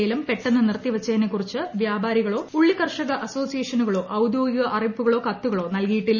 ലേലം പെട്ടെന്ന് നിർത്തിവച്ചതിനെക്കുറിച്ച് വ്യാപാരികളോ ഉള്ളി കർഷക അസോസിയേഷനുകളോ ഔദ്യോഗിക അറിയിപ്പുകളോ കത്തുകളോ നൽകിയിട്ടില്ല